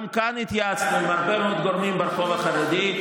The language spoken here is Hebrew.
גם כאן התייעצנו עם הרבה מאוד גורמים ברחוב החרדי.